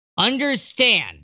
Understand